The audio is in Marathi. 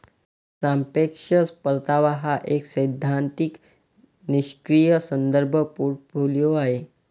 सापेक्ष परतावा हा एक सैद्धांतिक निष्क्रीय संदर्भ पोर्टफोलिओ आहे